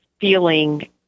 feeling